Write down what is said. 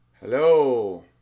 Hello